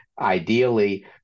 ideally